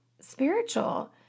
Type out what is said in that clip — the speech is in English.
spiritual